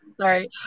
Sorry